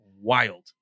wild